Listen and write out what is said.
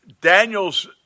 Daniel's